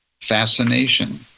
Fascination